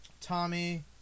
Tommy